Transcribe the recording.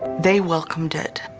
they welcomed it.